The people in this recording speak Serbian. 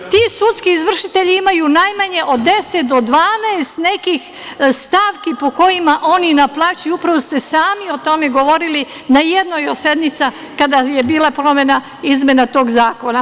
Ti sudski izvršitelji imaju najmanje od 10 do 12 nekih stavki po kojima oni naplaćuju, upravo ste sami o tome govorili na jednoj od sednica kada je bila izmena tog zakona.